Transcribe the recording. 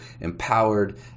empowered